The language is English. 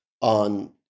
on